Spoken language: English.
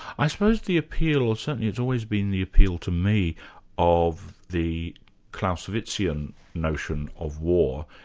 i suppose the appeal, or certainly it's always been the appeal to me of the clausewitzian notion of war,